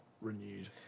renewed